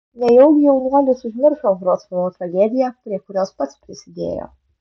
nejaugi jaunuolis užmiršo vroclavo tragediją prie kurios pats prisidėjo